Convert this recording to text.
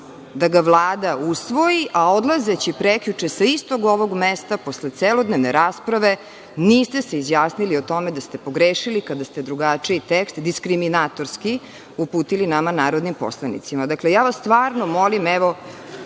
da ga Vlada usvoji, a odlazeći prekjuče, sa istog ovog mesta, posle celodnevne rasprave, niste se izjasnili o tome da ste pogrešili kada ste drugačiji tekst diskriminatorski uputili nama, narodnim poslanicima. Ja vas stvarno molim, evo